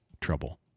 trouble